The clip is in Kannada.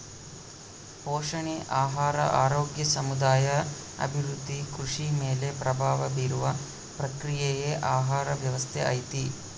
ಪೋಷಣೆ ಆಹಾರ ಆರೋಗ್ಯ ಸಮುದಾಯ ಅಭಿವೃದ್ಧಿ ಕೃಷಿ ಮೇಲೆ ಪ್ರಭಾವ ಬೀರುವ ಪ್ರಕ್ರಿಯೆಯೇ ಆಹಾರ ವ್ಯವಸ್ಥೆ ಐತಿ